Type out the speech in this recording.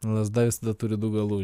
lazda visada turi du galus